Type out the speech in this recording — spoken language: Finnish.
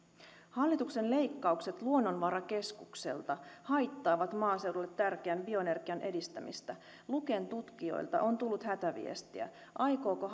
hallituksen leikkaukset luonnonvarakeskukselta haittaavat maaseudulle tärkeän bioenergian edistämistä luken tutkijoilta on tullut hätäviestiä aikooko